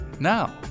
Now